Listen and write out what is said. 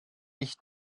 ich